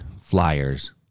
flyers